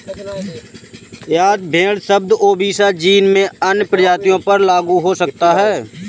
यद्यपि भेड़ शब्द ओविसा जीन में अन्य प्रजातियों पर लागू हो सकता है